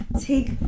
Take